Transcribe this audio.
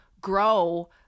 grow